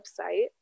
website